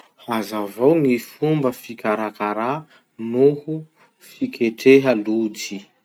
Hazavao ny fomba fikarakarà noho fiketreha lojy.